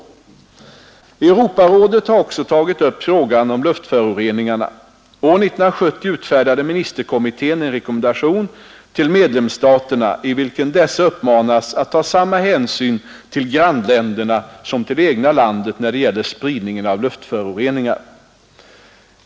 Europarådet har också tagit upp frågan om luftföroreningarna. År 1970 utfärdade ministerkommittén en rekommendation till medlemsstaterna i vilken dessa uppmanas att ta samma hänsyn till grannländerna som till det egna landet när det gäller spridningen av luftföroreningar.